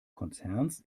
konzerns